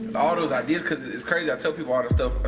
but all those ideas cause it's crazy, i tell people all the stuff,